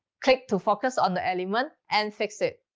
click to focus on the element and fix it.